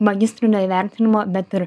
magistrinio įvertinimo bet ir